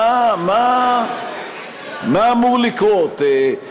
מה אמור לקרות?